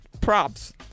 props